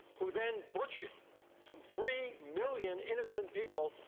who then butchered some three million innocent people,